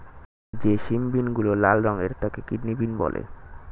যে সিম বিনগুলো লাল রঙের তাকে কিডনি বিন বলে